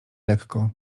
lekko